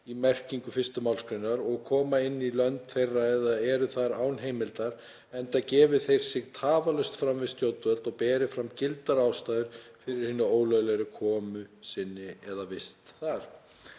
í merkingu 1. gr., og koma inn í lönd þeirra eða eru þar án heimildar, enda gefi þeir sig tafarlaust fram við stjórnvöldin og beri fram gildar ástæður fyrir hinni ólöglegu komu sinni eða vist þar.“